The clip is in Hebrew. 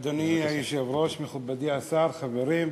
אדוני היושב-ראש, מכובדי השר, חברים,